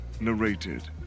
narrated